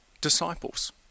disciples